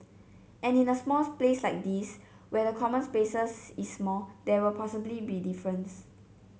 and in a small place like this where the common spaces is small there will possibly be difference